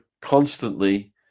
constantly